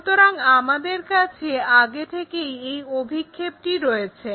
সুতরাং আমাদের কাছে আগে থেকেই এই অভিক্ষেপটি রয়েছে